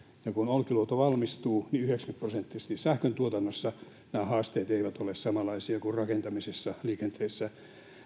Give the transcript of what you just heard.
ja kun olkiluoto valmistuu yhdeksänkymmentä prosenttisesti sähköntuotannossa nämä haasteet eivät ole samanlaisia kuin rakentamisessa liikenteessä